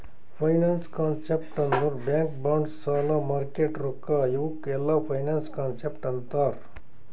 finance concept ಅಂದುರ್ bank bonds ಸಾಲ market ರೊಕ್ಕಾ ಇವುಕ್ ಎಲ್ಲಾ ಫೈನಾನ್ಸ್ ಕಾನ್ಸೆಪ್ಟ್ ಅಂತಾರ್